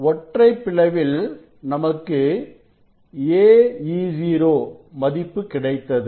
ஒற்றை பிளவில் நமக்கு a E0 மதிப்பு கிடைத்தது